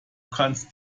kannst